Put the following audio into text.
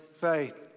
faith